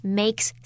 makes